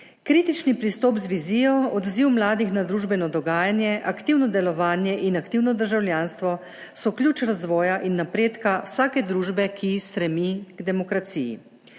Kritični pristop z vizijo, odziv mladih na družbeno dogajanje, aktivno delovanje in aktivno državljanstvo so ključ do razvoja in napredka vsake družbe, ki stremi k demokraciji.